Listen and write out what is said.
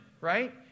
right